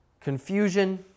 confusion